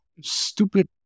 stupid